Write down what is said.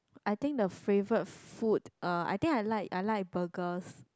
I think the favourite food uh I think I like I like burgers